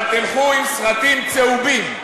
אבל תלכו עם סרטים צהובים?